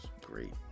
great